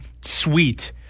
sweet